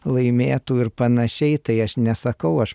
laimėtų ir panašiai tai aš nesakau aš